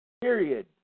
Period